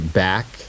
back